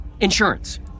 Insurance